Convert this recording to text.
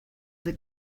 that